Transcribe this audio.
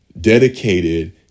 Dedicated